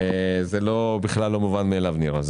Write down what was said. זה בכלל לא מובן מאליו, נירה.